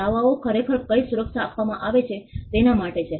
દાવાઓ એ ખરેખર કઈ સુરક્ષા આપવામાં આવે છે તેના માટે છે